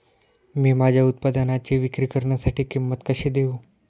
मी माझ्या उत्पादनाची विक्री करण्यासाठी किंमत कशी देऊ?